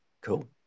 Cool